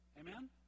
Amen